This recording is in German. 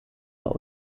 war